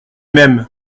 mêmes